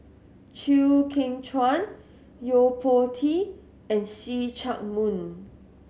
Chew Kheng Chuan Yo Po Tee and See Chak Mun